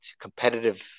competitive